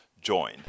join